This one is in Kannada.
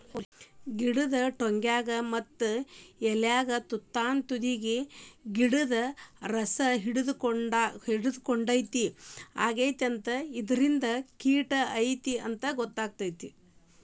ಗಿಡದ ಟ್ವಂಗ್ಯಾಗ ಮತ್ತ ಎಲಿಮ್ಯಾಲ ತುತಾಗಿದ್ದು ಗಿಡ್ದ ರಸಾಹಿರ್ಕೊಡ್ಹಂಗ ಆಗಿರ್ತೈತಿ ಇದರಿಂದ ಕಿಟ ಐತಿ ಅಂತಾ ಗೊತ್ತಕೈತಿ